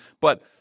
but-